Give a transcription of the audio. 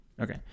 Okay